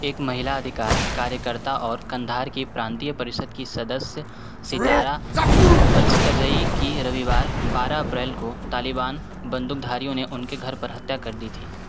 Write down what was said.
एक महिला अधिकार कार्यकर्ता और कंधार की प्रांतीय परिषद की सदस्य सितारा अचकजई की रविवार बारह अप्रैल को तालिबान बंदूकधारियों ने उनके घर पर हत्या कर दी थी